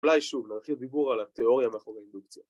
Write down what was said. פליי שוב, להרחיב דיבור על התיאוריה מאחורי אינדוקציה